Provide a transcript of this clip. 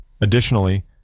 Additionally